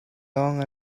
long